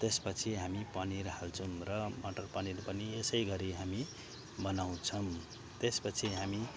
त्यसपछि हामी पनिर हाल्छौँ र मटर पनिर पनि यसैगरी हामी बनाउँछौँ त्यसपछि हामी